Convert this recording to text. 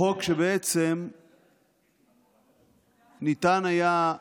חוק שבעצם ניתן היה,